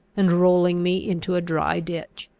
and rolling me into a dry ditch.